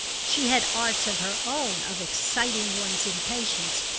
she had arts of her own of exciting one's impatience,